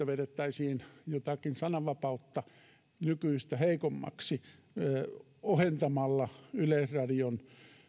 vedettäisiin jotakin sananvapautta nykyistä heikommaksi ohentamalla yleisradion